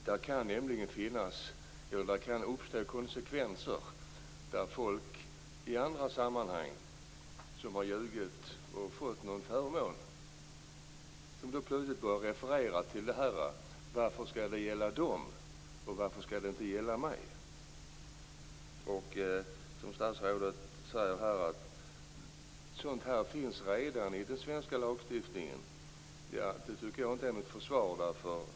Det kan nämligen få som konsekvens att människor som i andra sammanhang har ljugit och fått någon förmån kan börja referera till detta. De kan då fråga: Varför skall detta gälla dem och inte mig? Statsrådet säger att detta redan finns i den svenska lagstiftningen. Det tycker jag inte är något försvar.